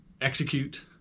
execute